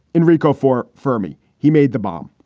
enrico for fermi, he made the bomb.